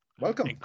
Welcome